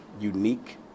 unique